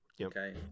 okay